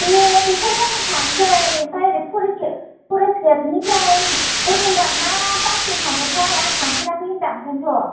बे बेटारि गारिजों थांसै आमफ्राय फ'रेस्ट गेटनिफ्राय विंगार ना बासजों थाङो थाय आं थांफेराखै होनदां ओंखायनोथ'